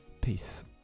Peace